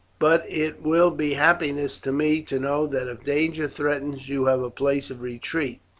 but it will be happiness to me to know that if danger threatens, you have a place of retreat.